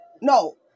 no